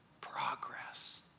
Progress